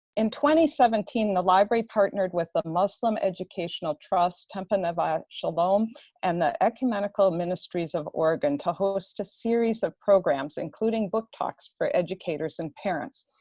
and seventeen, the library partnered with the muslim educational trust, temple neveh shalom and the ecumenical ministries of oregon to host a series of programs, including book talks for educators and parents.